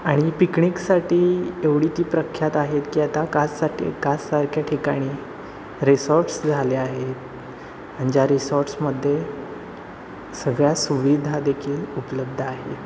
आणि पिकणिकसाठी एवढी ती प्रख्यात आहेत की आता काससाठी काससारख्या ठिकाणी रिसॉर्ट्स झाले आहेत ज्या रिसॉर्ट्समध्ये सगळ्या सुविधा देखील उपलब्ध आहे